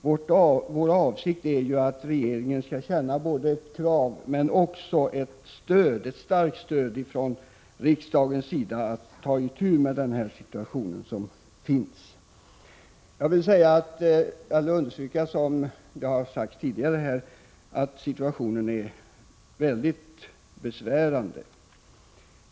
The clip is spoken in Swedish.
Vår avsikt är att regeringen skall känna ett krav — men också ett starkt stöd — från riksdagens sida att ta itu med situationen. Jag vill understryka, som har sagts tidigare, att situationen är mycket besvärande.